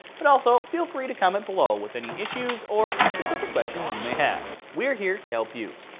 but also, feel free to comment below with any issues or specific questions you may have. we are here to help you.